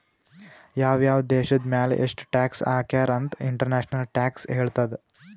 ಯಾವ್ ಯಾವ್ ದೇಶದ್ ಮ್ಯಾಲ ಎಷ್ಟ ಟ್ಯಾಕ್ಸ್ ಹಾಕ್ಯಾರ್ ಅಂತ್ ಇಂಟರ್ನ್ಯಾಷನಲ್ ಟ್ಯಾಕ್ಸ್ ಹೇಳ್ತದ್